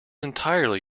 entirely